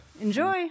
Enjoy